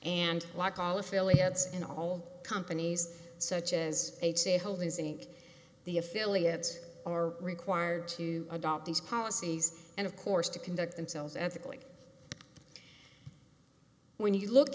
and like all affiliates in all companies such as a j holdings inc the affiliates are required to adopt these policies and of course to conduct themselves ethically when you look